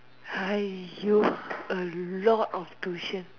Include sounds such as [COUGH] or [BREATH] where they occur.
!aiyo! [BREATH] a lot of tuition